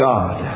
God